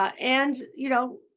and you know,